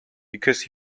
because